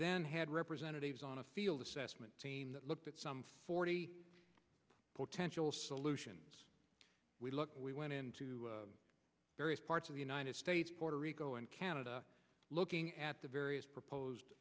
then had representatives on a field assessment team that looked at some forty potential solutions we looked we went into various parts of the united states puerto rico and canada looking at the various proposed